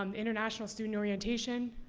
um international student orientation,